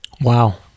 Wow